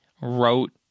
wrote